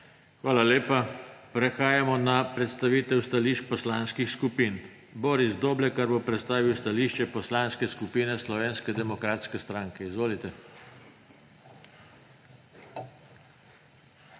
Hvala lepa. Prehajamo na predstavitev stališč poslanskih skupin. Boris Doblekar bo predstavil stališče Poslanske skupine Slovenske demokratske stranke. Izvolite.